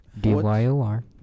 D-Y-O-R